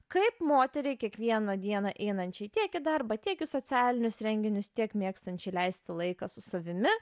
kaip moteriai kiekvieną dieną einančiai tiek į darbą tiek į socialinius renginius tiek mėgstančiai leisti laiką su savimi